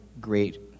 great